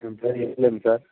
என் பேர் சார்